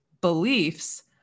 beliefs